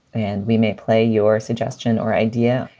and we may play your suggestion or idea.